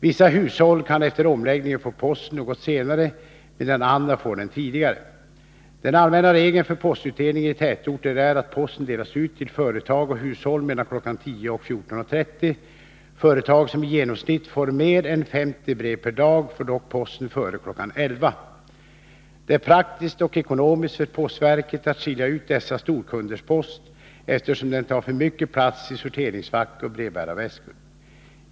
Vissa hushåll kan efter omläggningen få posten något senare medan andra får den tidigare. Den allmänna regeln för postutdelningen i tätorter är att posten delas ut till företag och hushåll mellan kl. 10.00 och kl. 14.30. Företag som i genomsnitt får mer än 50 brev per dag får dock posten före kl. 11. Det är praktiskt och ekonomiskt för postverket att skilja ut dessa storkunders post, eftersom den tar för mycket plats i sorteringsfack och brevbärarväskor.